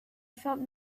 felt